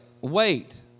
Wait